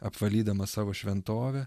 apvalydamas savo šventovę